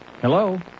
Hello